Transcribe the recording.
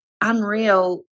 unreal